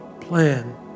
plan